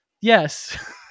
Yes